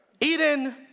Eden